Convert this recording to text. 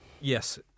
Yes